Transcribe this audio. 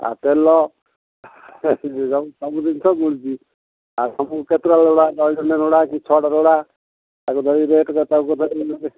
ଆଉ ତେଲ ସବୁ ଜିନିଷ ଆଉ ସବୁ କେତେଟା କି ଛଅଟା ତାକୁ ଧରି ରେଟ୍ ତାକୁ